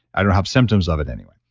i don't have symptoms of it anyway.